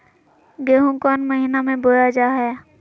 गेहूँ कौन महीना में बोया जा हाय?